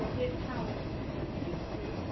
get powers from where we used to,